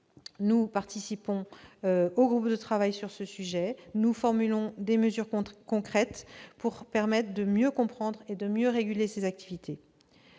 nous participons aux groupes de travail sur ce sujet et nous proposons des mesures concrètes pour permettre de mieux comprendre et de mieux réguler ces activités.